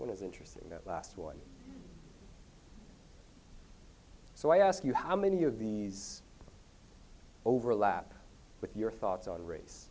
one is interesting the last one so i ask you how many of these overlap with your thoughts on race